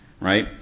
right